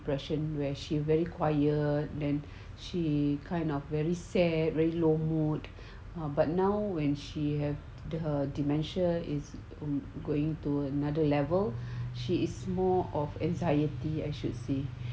depression where she very quiet then she kind of very sad really low mood or but now when she have the dementia is going to another level she is more of anxiety I should say